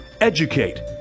educate